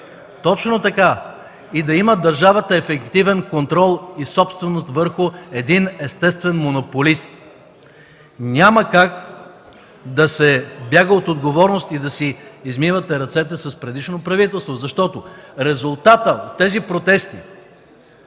точно така, и да има държавата ефективен контрол и собственост върху един естествен монополист. Няма как да се бяга от отговорност и да си измивате ръцете с предишно правителство, защото резултатът – тези протести,